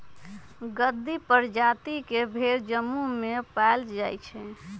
गद्दी परजाति के भेड़ जम्मू में पाएल जाई छई